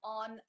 on